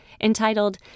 Entitled